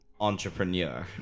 entrepreneur